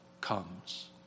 comes